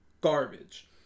garbage